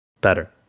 better